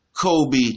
Kobe